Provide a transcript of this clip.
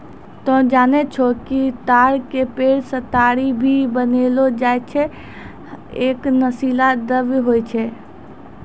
तोहं जानै छौ कि ताड़ के पेड़ सॅ ताड़ी भी बनैलो जाय छै, है एक नशीला द्रव्य होय छै